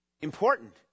Important